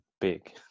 big